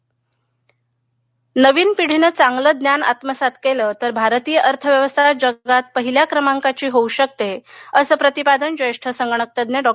प्रस्कार सांगली नवीन पिढीने चांगलं ज्ञान आत्मसात केलं तर भारतीय अर्थव्यवस्था जगात पहिल्या क्रमांकाची होऊ शकते असं प्रतिपादन ज्येष्ठ संगणकतज्ञ डॉ